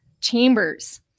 chambers